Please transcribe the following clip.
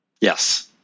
Yes